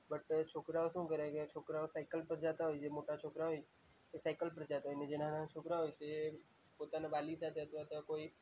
but તોય છોકરાંઓ શું કરે કે છોકરાંઓ સાઇકલ પર જતા હોય જે મોટા છોકરાં હોય તે સાઇકલ પર જતાં હોય અને જે નાના નાના છોકરાં હોય તે પોતાના વાલી સાથે અથવા તો કોઈ